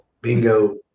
Bingo